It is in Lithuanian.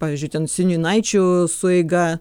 pavyzdžiui ten seniūnaičių sueiga